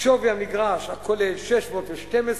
שווי המגרש הכולל, 612,